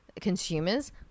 consumers